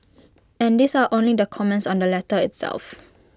and these are only the comments on the letter itself